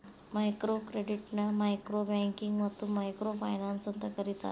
micro ಕ್ರೆಡಿಟ್ನ micro banking ಮತ್ತ micro finance ಅಂತೂ ಕರಿತಾರ